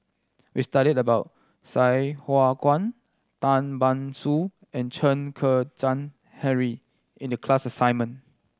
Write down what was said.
we studied about Sai Hua Kuan Tan Ban Soon and Chen Kezhan Henri in the class assignment